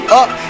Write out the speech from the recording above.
up